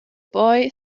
boy